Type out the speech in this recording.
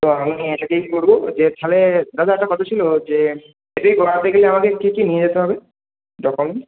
তো আমি এটাকেই করব যে তাহলে দাদা একটা কথা ছিল যে এটাকে করাতে গেলে আমাকে কী কী নিয়ে যেতে হবে ডকুমেন্ট